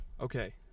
Okay